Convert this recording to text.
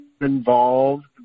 involved